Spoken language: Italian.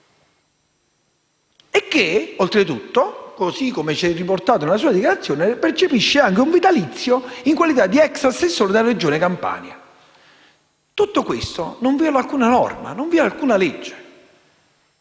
e che, oltretutto, così come riportato nella sua dichiarazione, percepisce un vitalizio in qualità di ex assessore della Regione Campania. Tutto questo non viola alcuna norma, non viola alcuna legge.